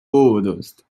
puudust